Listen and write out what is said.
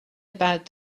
about